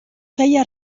feia